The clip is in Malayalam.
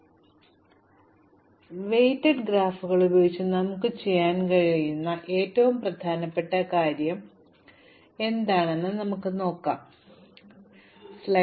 ഭാരം കുറഞ്ഞ ഗ്രാഫുകൾ ഉപയോഗിച്ച് നമുക്ക് ചെയ്യാൻ കഴിയുന്ന ഏറ്റവും പ്രധാനപ്പെട്ട കാര്യം ഹ്രസ്വമായ പാതകൾ കണക്കുകൂട്ടുക എന്നതാണ്